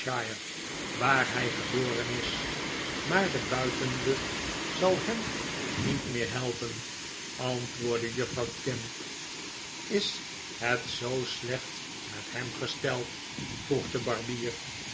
waar hij geboren is maar de buitenlucht zal hem niet meer helpen antwoordde juffrouw gamp is het zoo slecht met hem gesteld vroeg de barbier